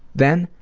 then,